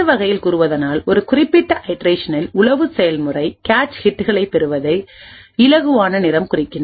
வேறு வகையில் கூறுவதானால் ஒரு குறிப்பிட்ட ஐட்ரேஷனில் உளவு செயல்முறை கேச் ஹிட்களைக் பெறுவதை இலகுவான நிறம் குறிக்கும்